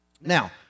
Now